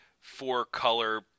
four-color